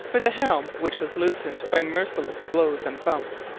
for the helm, which was loosened by merciless blows and bumps,